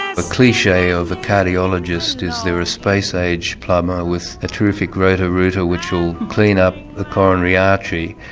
ah cliche of a cardiologist is they're a space age plumber with a terrific roto-rooter which will clean up the coronary artery.